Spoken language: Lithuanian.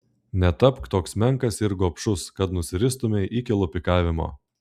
netapk toks menkas ir gobšus kad nusiristumei iki lupikavimo